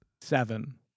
Seven